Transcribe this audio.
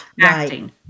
acting